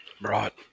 Right